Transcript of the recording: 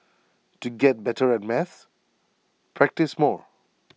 to get better at maths practise more